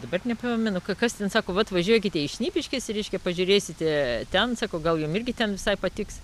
dabar nepamenu kas ten sako atvažiuokite į šnipiškes reiškia pažiūrėsite ten sako gal jum irgi ten visai patiks